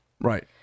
Right